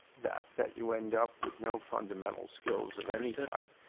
that that you end up with no fundamental skills of any type.